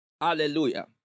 Hallelujah